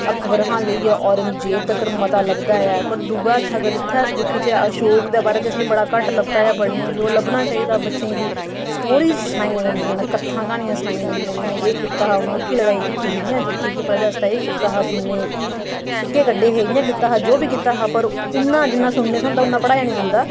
अकबर रहा लेइयै औरंगजेब तक्कर मता लब्भदा ऐ पर दूऐ हत्थ अगर इ'त्थें अस दिखचै अशोक दे बारे च असें गी बड़ा घट्ट लभदा ऐ ओह् लब्भना चाहिदा बच्चें गी स्टोरी सनाइयां जंदियां न क'त्थां क्हानियां सनाइयां जंदियां न एह् कीता हा उ'नें ओह्की लड़ाई जित्ती ही इ'यां जित्ती ही प्रजा आस्तै एह् कीता हा सुन्ने दे सिक्के कड्ढे हे इ'यां जो बी कीता हा पर उ'न्ना जि'न्ना सुनने गी थ्होंदा उ'न्ना पढ़ाया निं जंदा